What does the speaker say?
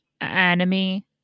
enemy